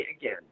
again